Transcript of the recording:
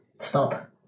stop